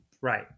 Right